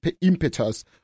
impetus